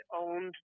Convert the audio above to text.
owned